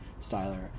Styler